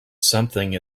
something